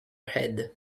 head